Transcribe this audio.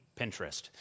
Pinterest